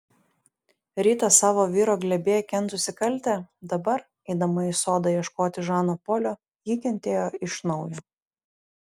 rytą savo vyro glėbyje kentusi kaltę dabar eidama į sodą ieškoti žano polio ji kentėjo iš naujo